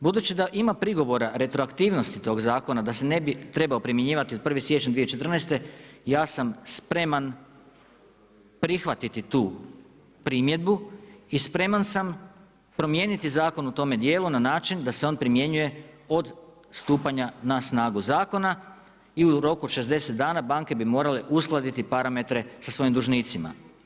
Budući da ima prigovora retroaktivnosti tog zakona da se ne bi trebao primjenjivati od 1. siječnja 2014., ja sam spreman prihvatiti tu primjedbu i spreman sam promijeniti zakon u tome dijelu na način da se on primjenjuje od stupanja na snagu zakona i u roku od 60 dana banke bi morale uskladiti parametre sa svojim dužnicima.